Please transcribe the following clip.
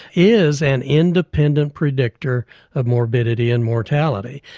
is an independent predictor of morbidity and mortality.